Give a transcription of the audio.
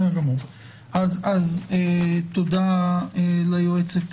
תודה ליועצת